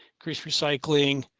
increase, recycling,